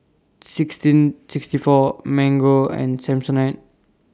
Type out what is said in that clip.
sixteen sixty four Mango and Samsonite